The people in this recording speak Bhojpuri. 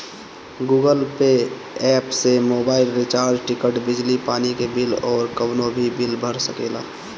गूगल पे एप्प से मोबाईल रिचार्ज, टिकट, बिजली पानी के बिल अउरी कवनो भी बिल भर सकेला